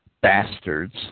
bastards